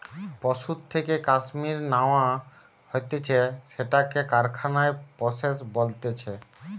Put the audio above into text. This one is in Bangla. পশুর থেকে কাশ্মীর ন্যাওয়া হতিছে সেটাকে কারখানায় প্রসেস বলতিছে